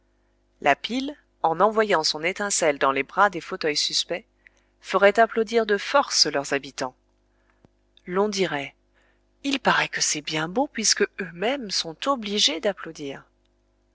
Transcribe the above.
la pile en envoyant son étincelle dans les bras des fauteuils suspects ferait applaudir de force leurs habitants l'on dirait il paraît que c'est bien beau puisqueux mêmes sont obligés d'applaudir